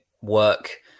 work